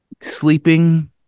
Sleeping